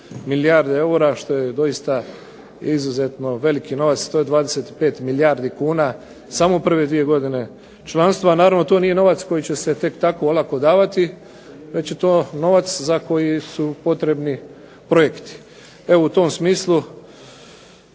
milijarde eura što je doista izuzetno veliki novac. To je 25 milijardi kuna samo prve dvije godine članstva, a naravno to nije novac koji će se tek tako olako davati, već je to novac za koji su potrebni projekti. Evo u tom smislu